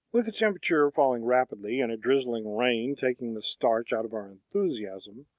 with the temperature falling rapidly, and a drizzling rain taking the starch out of our enthusiasm,